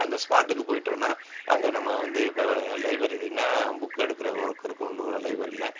அந்த ஸ்பாட்டுக்கு போயிட்டோம்னா அங்கே நம்ம வந்து இப்போ லைஃப்ரரின்னால் புக் அடுக்கிற ஒர்க் இருக்கும் லோ லைஃப்ரரியில